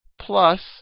plus